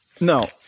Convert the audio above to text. No